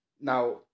Now